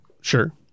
Sure